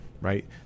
right